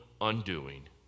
undoing